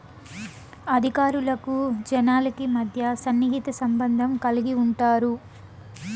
అధికారులకు జనాలకి మధ్య సన్నిహిత సంబంధం కలిగి ఉంటారు